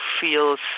feels